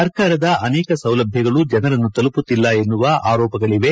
ಸರ್ಕಾರದ ಅನೇಕ ಸೌಲಭ್ಯಗಳು ಜನರನ್ನು ತಲುಮತ್ತಿಲ್ಲ ಎನ್ನುವ ಆರೋಪಗಳವೆ